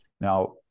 now